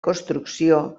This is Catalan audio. construcció